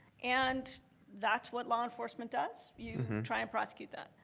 and that's what law enforcement does you try and prosecute that,